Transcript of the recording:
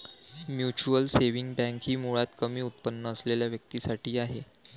mutual saving bank ही मुळात कमी उत्पन्न असलेल्या व्यक्तीं साठी आहे